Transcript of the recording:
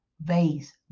vase